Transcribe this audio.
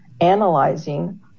analyzing